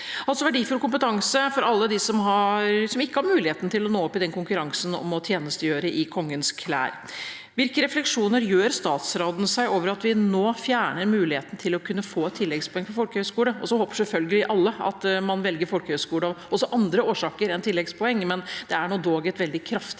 Det er verdifull kompetanse for alle dem som ikke har muligheten til å nå opp i konkurransen om å tjenestegjøre i kongens klær. Hvilke refleksjoner gjør statsråden seg over at vi nå fjerner muligheten til å kunne få tilleggspoeng for folkehøyskole? Så håper selvfølgelig alle at man velger folkehøyskole også av andre årsaker enn tilleggspoeng, men det er nå dog et veldig kraftig